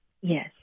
Yes